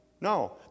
No